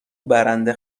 برنده